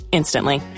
instantly